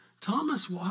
Thomas